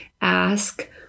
Ask